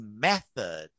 method